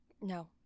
No